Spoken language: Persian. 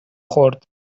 خورد